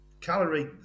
calorie